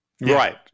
Right